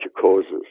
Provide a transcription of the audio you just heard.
causes